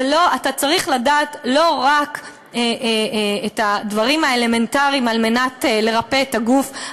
ואתה צריך לדעת לא רק את הדברים האלמנטריים על מנת לרפא את הגוף,